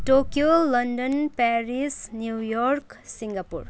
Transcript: Tokyo London Paris New York Singapore